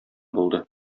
булды